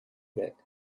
that